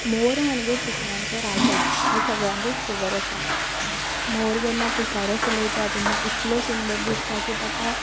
मोर म्हणजे सुकण्यांचो राजा हें सगळ्यांकच खबर आसा मोर जेन्ना पिसारो फुलयता तेन्ना इतलो सुंदर दिसता की ताका